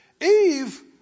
Eve